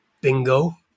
Bingo